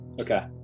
Okay